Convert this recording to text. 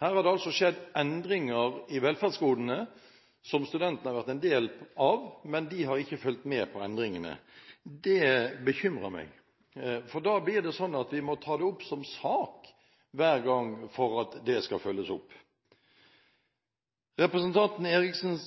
Her har det altså skjedd endringer i velferdsgodene, som studentene har vært en del av, men de har ikke fulgt med på endringene. Det bekymrer meg, for da blir det sånn at vi må ta det opp som sak hver gang for at det skal følges opp. Representanten Eriksens